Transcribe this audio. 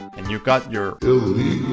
and you got your illegal